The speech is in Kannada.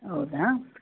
ಹೌದಾ